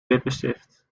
lippenstift